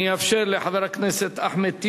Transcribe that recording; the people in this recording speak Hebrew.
אני אאפשר לחבר הכנסת אחמד טיבי,